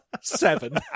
seven